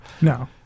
No